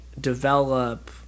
develop